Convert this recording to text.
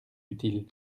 utile